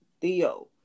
Theo